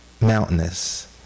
mountainous